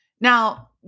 Now